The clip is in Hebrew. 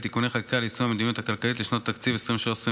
(תיקוני חקיקה ליישום המדיניות הכלכלית לשנות התקציב 2023 ו-2024),